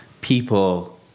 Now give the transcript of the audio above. people